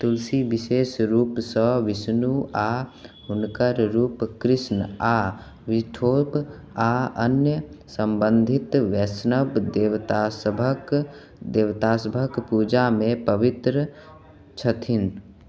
तुलसी विशेष रूपसँ विष्णु आ हुनकर रूप कृष्ण आ विठोब आ अन्य सम्बन्धित वैष्णव देवतासभक देवतासभक पूजामे पवित्र छथिन